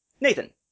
Nathan